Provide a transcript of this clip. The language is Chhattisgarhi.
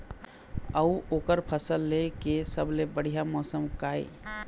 अऊ ओकर फसल लेय के सबसे बढ़िया मौसम का ये?